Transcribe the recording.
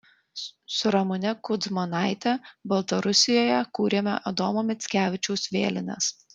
su ramune kudzmanaite baltarusijoje kūrėme adomo mickevičiaus vėlines